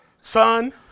Son